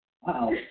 Wow